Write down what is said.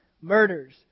murders